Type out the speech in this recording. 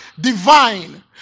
divine